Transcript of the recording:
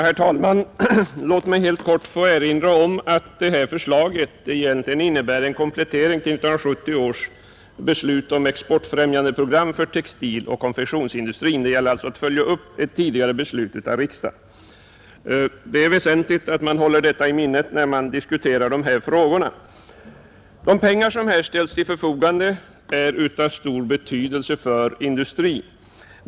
Herr talman! Låt mig helt kort få erinra om att det här förslaget egentligen innebär en komplettering till 1970 års beslut om exportfrämjande program för textiloch konfektionsindustrin. Det gäller alltså att följa upp ett tidigare beslut av riksdagen. Det är väsentligt att man håller detta i minnet när man diskuterar de här frågorna. De pengar som här ställs till förfogande är av stor betydelse för industrin.